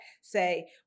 say